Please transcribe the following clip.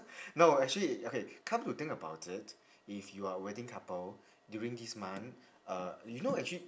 no actually okay come to think about it if you're a wedding couple during this month uh you know actually